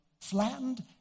flattened